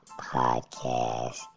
podcast